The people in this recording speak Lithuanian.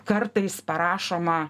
kartais parašoma